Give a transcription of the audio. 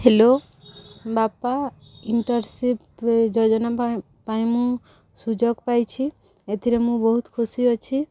hello ବାପା internship ଯୋଜନା ପାଇଁ ପାଇଁ ମୁଁ ସୁଯୋଗ ପାଇଛି ଏଥିରେ ମୁଁ ବହୁତ ଖୁସି ଅଛି